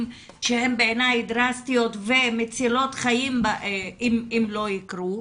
שהם בעיניי דרסטיים ומצילי חיים אם לא יקרו,